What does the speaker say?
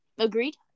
Agreed